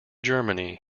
germany